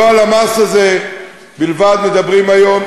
לא על המס הזה בלבד מדברים היום,